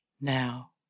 Now